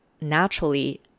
naturally